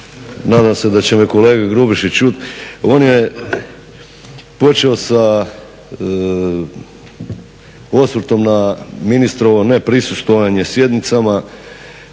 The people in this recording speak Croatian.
Nadam se da će me kolega Grubišić čuti. On je počeo sa osvrtom na ministrovo ne prisustvovanje sjednicama,